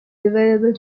available